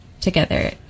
together